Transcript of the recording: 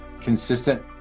consistent